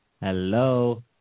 Hello